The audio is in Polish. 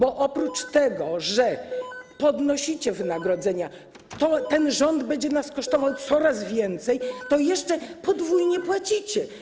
Oprócz tego, że podnosicie wynagrodzenia, więc ten rząd będzie nas kosztował coraz więcej, to jeszcze podwójnie płacicie.